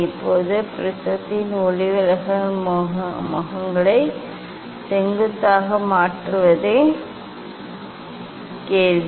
இப்போது முப்படை கண்ணாடி ஒளிவிலகல் முகங்களை செங்குத்தாக மாற்றுவதே கேள்வி